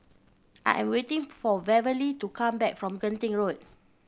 I am waiting for Beverly to come back from Genting Road